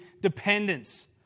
dependence